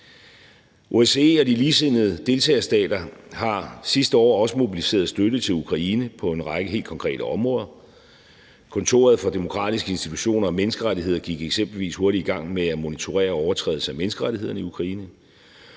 OSCE og de ligesindede deltagerstater har sidste år også mobiliseret støtte til Ukraine på en række helt konkrete områder. Kontoret for demokratiske institutioner og menneskerettigheder gik eksempelvis hurtigt i gang med at monitorere overtrædelser af menneskerettighederne i Ukraine.